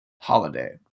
holiday